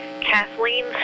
Kathleen